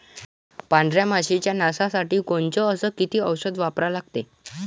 पांढऱ्या माशी च्या नाशा साठी कोनचं अस किती औषध वापरा लागते?